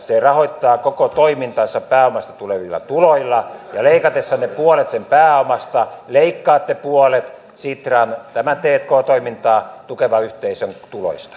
se rahoittaa koko toimintansa pääomasta tulevilla tuloilla ja leikatessanne puolet sen pääomasta leikkaatte puolet sitran tämän t k toimintaa tukevan yhteisön tuloista